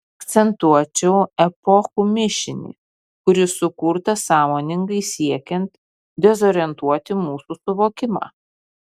akcentuočiau epochų mišinį kuris sukurtas sąmoningai siekiant dezorientuoti mūsų suvokimą